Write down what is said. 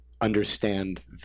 understand